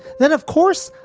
then, of course,